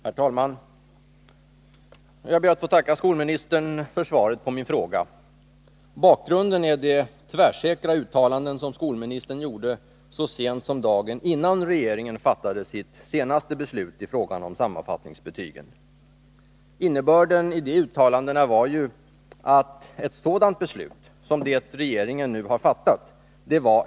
Herr talman! Jag ber att få tacka skolministern för svaret på min fråga. Bakgrunden till frågan är de tvärsäkra uttalanden som skolministern gjorde så sent som dagen innan regeringen fattade sitt senaste beslut i fråga om sammanfattningsbetyg. Innebörden i de uttalandena var att det var helt omöjligt att fatta ett sådant beslut som det regeringen nu har fattat.